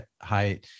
high